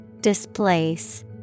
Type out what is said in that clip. Displace